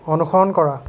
অনুসৰণ কৰা